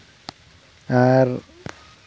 ᱟᱨ